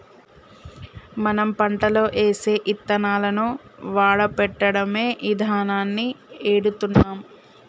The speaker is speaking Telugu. మనం పంటలో ఏసే యిత్తనాలను వాడపెట్టడమే ఇదానాన్ని ఎడుతున్నాం